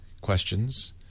questions